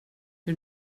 hur